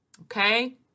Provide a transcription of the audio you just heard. okay